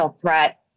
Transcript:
threat